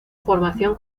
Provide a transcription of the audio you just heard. formación